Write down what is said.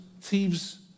thieves